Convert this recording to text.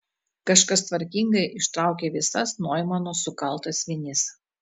kažkas tvarkingai ištraukė visas noimano sukaltas vinis